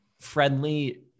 friendly